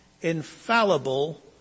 infallible